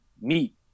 meat